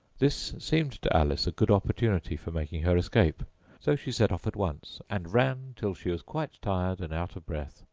this seemed to alice a good opportunity for making her escape so she set off at once, and ran till she was quite tired and out of breath,